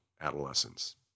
adolescence